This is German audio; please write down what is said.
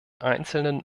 einzelnen